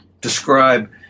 describe